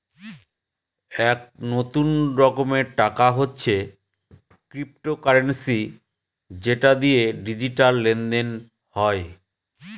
এক নতুন রকমের টাকা হচ্ছে ক্রিপ্টোকারেন্সি যেটা দিয়ে ডিজিটাল লেনদেন হয়